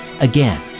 Again